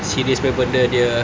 serious punya benda dia